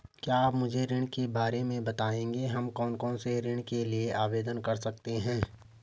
क्या आप मुझे ऋण के बारे में बताएँगे हम कौन कौनसे ऋण के लिए आवेदन कर सकते हैं?